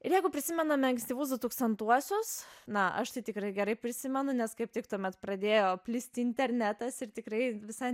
ir jeigu prisimename ankstyvus du tūkstantuosius na aš tai tikrai gerai prisimenu nes kaip tik tuomet pradėjo plisti internetas ir tikrai visai